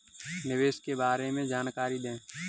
निवेश के बारे में जानकारी दें?